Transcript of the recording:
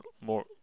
more